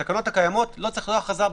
התקנות הקיימות לא צריכות הכרזה.